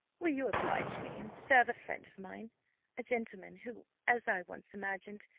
will you oblige me, and serve a friend of mine a gentleman who, as i once imagined,